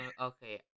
Okay